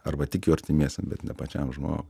arba tik jų artimiesiem bet ne pačiam žmogui